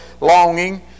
longing